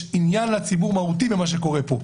יש עניין מהותי לציבור בכל מה שקורה פה.